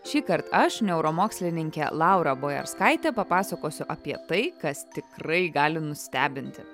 šįkart aš neuromokslininkė laura bojarskaitė papasakosiu apie tai kas tikrai gali nustebinti